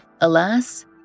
alas